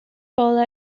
paul